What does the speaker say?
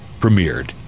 premiered